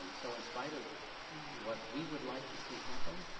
so in spite of what we would like to see happen,